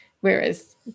Whereas